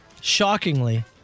shockingly